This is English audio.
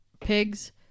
pigs